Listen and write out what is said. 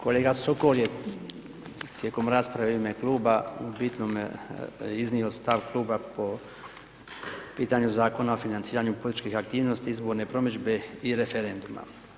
Kolega Sokol je tijekom rasprave u ime Kluba, u bitnom iznio stav Kluba po pitanju Zakona o financiranju političke aktivnosti, izborne promidžbe i referenduma.